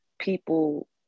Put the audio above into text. people